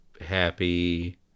happy